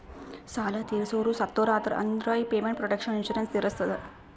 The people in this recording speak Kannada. ಸಾಲಾ ತೀರ್ಸೋರು ಸತ್ತುರ್ ಅಂದುರ್ ಈ ಪೇಮೆಂಟ್ ಪ್ರೊಟೆಕ್ಷನ್ ಇನ್ಸೂರೆನ್ಸ್ ತೀರಸ್ತದ